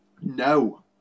No